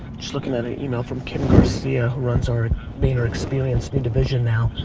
just lookin' at it you know from kim garcia who runs our vayner experience new division now.